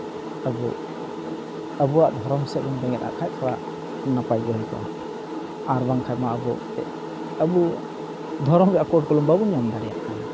ᱟᱵᱚ ᱟᱵᱚᱣᱟᱜ ᱫᱷᱚᱨᱚᱢ ᱥᱮᱜ ᱵᱚᱱ ᱵᱮᱸᱜᱮᱛ ᱟᱜ ᱠᱷᱟᱡ ᱛᱷᱚᱲᱟ ᱱᱟᱯᱟᱭ ᱜᱮ ᱦᱩᱭ ᱠᱚᱜᱼᱟ ᱟᱨ ᱵᱟᱝᱠᱷᱟᱡ ᱢᱟ ᱟᱵᱚ ᱛᱮ ᱟᱵᱚ ᱫᱷᱚᱨᱚᱢ ᱨᱮᱭᱟᱜ ᱠᱳᱰ ᱠᱚᱞᱚᱢ ᱵᱟᱵᱚᱱ ᱧᱟᱢ ᱫᱟᱲᱮᱭᱟᱜ ᱠᱟᱱᱟ